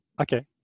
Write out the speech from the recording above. Okay